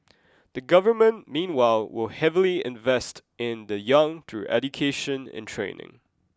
the government meanwhile will heavily invest in the young through education and training